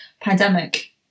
pandemic